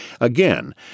Again